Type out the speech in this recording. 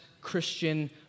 Christian